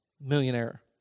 millionaire